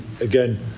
again